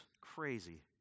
crazy